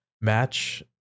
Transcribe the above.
match